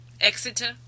Exeter